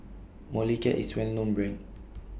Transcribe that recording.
Molicare IS Well known Brand